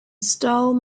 stole